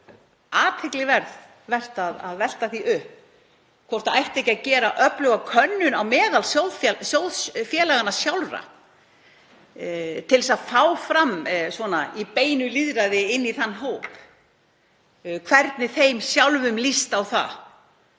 og mjög athyglisvert að velta því upp hvort ekki ætti að gera öfluga könnun á meðal sjóðfélaganna sjálfra til þess að fá fram í beinu lýðræði í þeim hópi hvernig þeim sjálfum líst á það